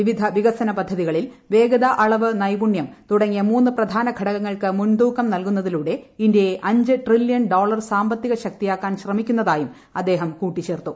വിവിധ വികസന പദ്ധതികളിൽ വേഗത അളവ് നൈപുണ്യം തുടങ്ങിയ മൂന്ന് പ്രധാന ഘടകങ്ങൾക്ക് മുൻതൂക്കം നൽകുന്നതിലൂടെ ഇന്ത്യയെ അഞ്ച് ട്രില്യൺ ഡോളർ സാമ്പത്തിക ശക്തിയാക്കാൻ ശ്രമിക്കുന്നതായി അദ്ദേഹം കൂട്ടിച്ചേർത്തു